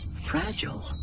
fragile